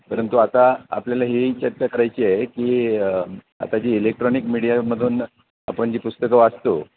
परंतु आता आपल्याला हे चर्चा करायची आहे की आता जी इलेक्ट्रॉनिक मीडियामधून आपण जी पुस्तकं वाचतो